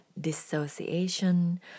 dissociation